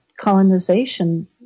colonization